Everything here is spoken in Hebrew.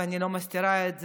ואני לא מסתירה את זה,